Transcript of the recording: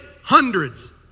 hundreds